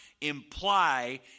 imply